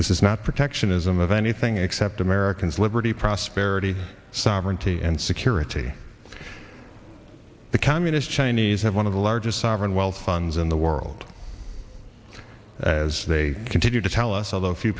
this is not protectionism of anything except americans liberty prosperity sovereignty and security the cow i mean it's chinese have one of the largest sovereign wealth funds in the world as they continue to tell us although few